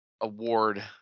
award